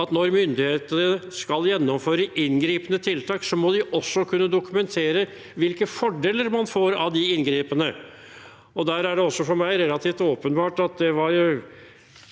når myndigheter skal gjennomføre inngripende tiltak, må de også kunne dokumentere hvilke fordeler man får av de inngrepene. Det er for meg relativt åpenbart at det under